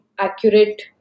accurate